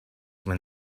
when